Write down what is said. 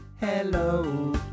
hello